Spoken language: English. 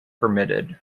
permitted